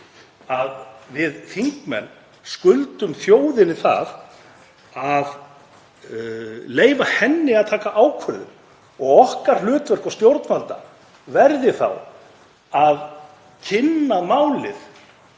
að við þingmenn skuldum þjóðinni það að leyfa henni að taka ákvörðun og okkar hlutverk, stjórnvalda, verði þá að kynna málið